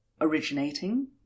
originating